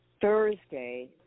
Thursday